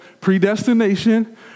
predestination